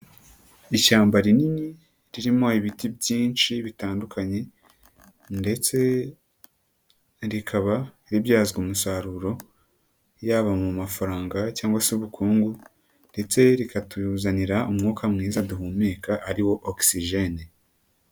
Ishyamba rinini ririmo ibiti byinshi bitandukanye ndetse rikaba ribyazwa umusaruro yaba mu mafaranga cyangwa se ubukungu ndetse rikatuzanira umwuka mwiza duhumeka ari wo ogisijene.